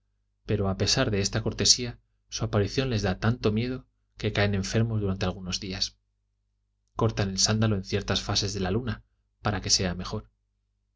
pero a pesar de esta cortesía su aparición les da tanto miedo que caen enfermos durante algunos días cortan el sándalo en ciertas fases de la luna para que sea mejor